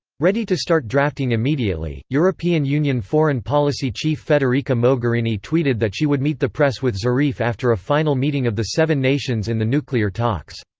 ready to start drafting immediately. european union foreign policy chief federica mogherini tweeted that she would meet the press with zarif after a final meeting of the seven nations in the nuclear talks.